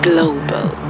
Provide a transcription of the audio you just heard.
Global